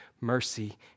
mercy